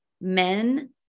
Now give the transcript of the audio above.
men